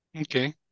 okay